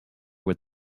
with